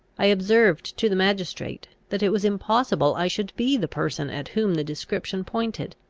i observed to the magistrate, that it was impossible i should be the person at whom the description pointed.